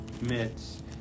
mitts